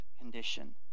condition